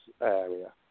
area